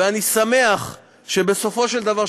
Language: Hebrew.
ואני שמח שבסופו של דבר,